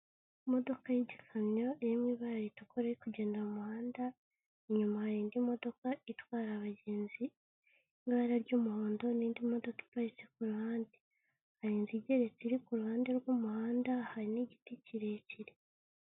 Imodoka y'ikamyo iri mu ibara ritukura iri kugenda mu muhanda, inyuma hari indi modoka itwara abagenzi y'ibara ry'umuhondo n'indi modoka iparitse ku ruhande, hari inzu igeretse iri ku ruhande rw'umuhanda, hari n'igiti kirekire.